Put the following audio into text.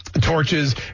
torches